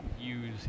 use